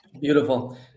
Beautiful